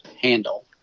handle